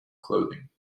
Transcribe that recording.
clothing